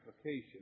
application